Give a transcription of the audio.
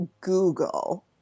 Google